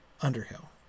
underhill